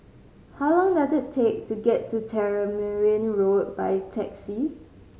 how long does it take to get to Tamarind Road by taxi